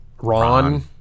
Ron